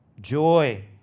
joy